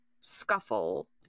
scuffle